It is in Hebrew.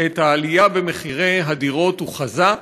את העלייה במחירי הדירות הוא חזה,